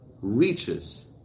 reaches